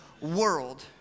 world